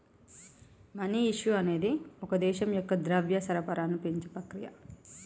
money issue అనేది ఒక దేశం యొక్క ద్రవ్య సరఫరాను పెంచే ప్రక్రియ